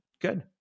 good